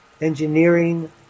engineering